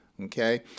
Okay